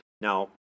Now